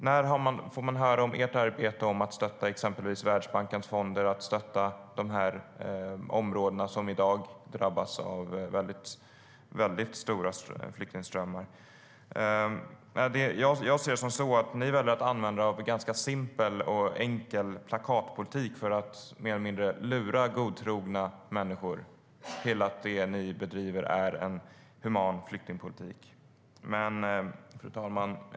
Jag ser detta som att ni väljer att använda er av en ganska simpel och enkel plakatpolitik för att mer eller mindre lura godtrogna människor att tro att det som ni bedriver är en human flyktingpolitik.